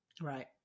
Right